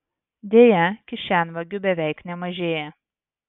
deja kišenvagių beveik nemažėja